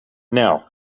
now